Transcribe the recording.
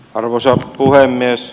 arvoisa puhemies